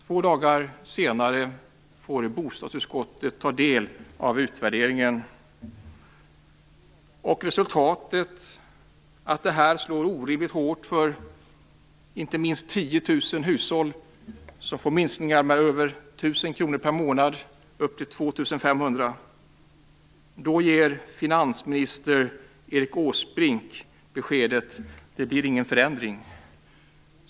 Två dagar senare får utskottet ta del av utvärderingen. Resultatet är att effekterna slår orimligt hårt för 10 000 hushåll som får minskningar på 1 000 2 500 kr per månad. Då ger finansminister Erik Åsbrink beskedet att det inte blir någon förändring.